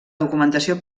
documentació